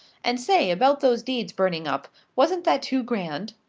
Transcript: and say, about those deeds burning up wasn't that too grand?